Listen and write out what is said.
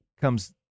comes